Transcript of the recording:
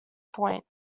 point